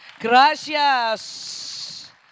Gracias